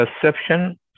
perception